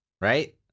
right